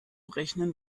rechnen